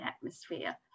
atmosphere